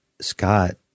Scott